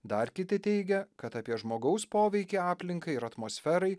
dar kiti teigia kad apie žmogaus poveikį aplinkai ir atmosferai